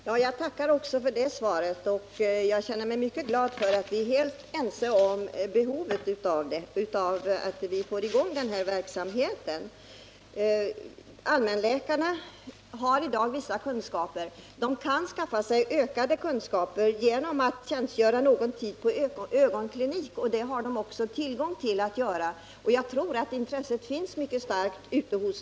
Herr talman! Jag tackar också för det svaret och känner mig mycket glad över att vi är helt ense om nödvändigheten av att få i gång den här verksamheten. Allmänläkarna har i dag vissa kunskaper, och de kan skaffa sig ökade kunskaper genom att tjänstgöra någon tid på en ögonklinik. Jag tror att de har ett starkt intresse för detta.